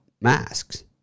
masks